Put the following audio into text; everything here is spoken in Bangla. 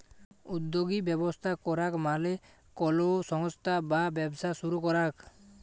উদ্যগী ব্যবস্থা করাক মালে কলো সংস্থা বা ব্যবসা শুরু করাক